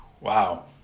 Wow